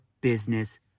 business